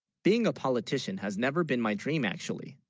being a politician has never been, my dream actually